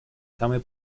самое